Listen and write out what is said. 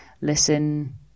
listen